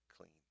clean